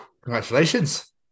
Congratulations